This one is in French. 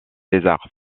césar